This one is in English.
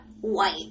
white